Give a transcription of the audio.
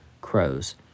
crows